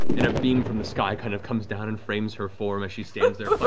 and a beam from the sky kind of comes down and frames her form as she stands there